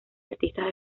artistas